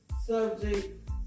subject